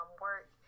work